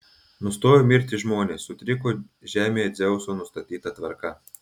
nustojo mirti žmonės sutriko žemėje dzeuso nustatyta tvarka